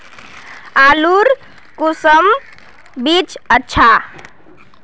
आलूर कुंसम बीज अच्छा?